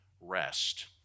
rest